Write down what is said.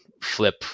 flip